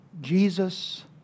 Jesus